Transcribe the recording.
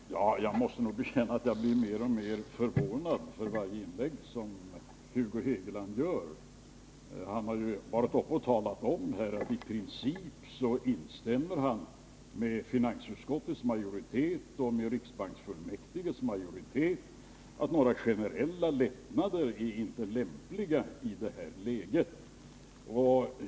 Herr talman! Jag måste nog bekänna att jag blir mer och mer förvånad för varje inlägg som Hugo Hegeland gör. Han har varit uppe här och talat om att i princip instämmer han med finansutskottets majoritet och med riksbanksfullmäktiges majoritet att några generella lättnader inte är lämpliga i det här läget.